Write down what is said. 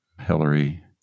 Hillary